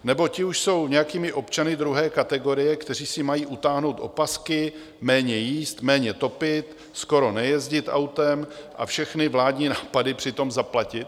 Nebo ti už jsou nějakými občany druhé kategorie, kteří si mají utáhnout opasky, méně jíst, méně topit, skoro nejezdit autem a všechny vládní nápady přitom zaplatit?